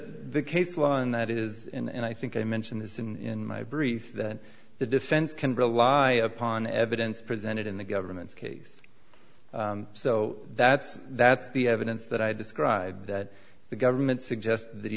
the case law and that is and i think i mentioned this in my brief that the defense can rely upon evidence presented in the government's case so that's that's the evidence that i described that the government suggest that he